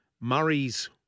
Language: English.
Murray's